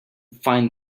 find